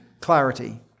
clarity